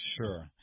Sure